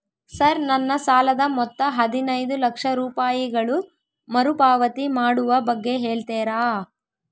Sir ನನ್ನ ಸಾಲದ ಮೊತ್ತ ಹದಿನೈದು ಲಕ್ಷ ರೂಪಾಯಿಗಳು ಮರುಪಾವತಿ ಮಾಡುವ ಬಗ್ಗೆ ಹೇಳ್ತೇರಾ?